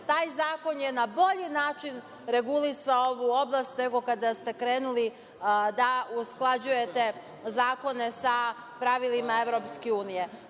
taj zakon je na bolji način regulisao ovu oblast nego kada ste krenuli da usklađujete zakone sa pravilima EU.Na kraju